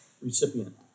recipient